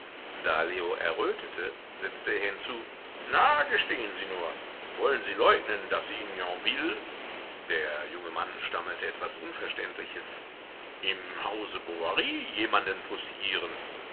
da leo errötete setzte er hinzu na gestehen sie nur wollen sie leugnen daß sie in yonville der junge mann stammelte etwas unverständliches im hause bovary jemanden poussieren